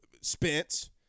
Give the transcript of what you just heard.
Spence